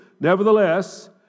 Nevertheless